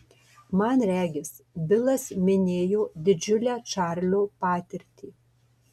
man regis bilas minėjo didžiulę čarlio patirtį